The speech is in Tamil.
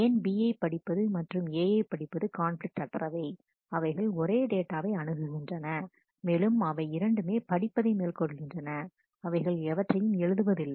ஏன் B யை படிப்பது மற்றும் A யை படிப்பது கான்பிலிக்ட் அற்றவை அவைகள் ஒரே டேட்டாவை அணுகுகின்றன மேலும் அவை இரண்டுமே படிப்பதை மேற்கொள்கின்றன அவைகள் எவற்றையும் எழுதுவதில்லை